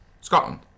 Scotland